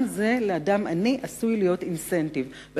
גם זה עשוי להיות אינסנטיב לאדם עני.